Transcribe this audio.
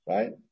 Right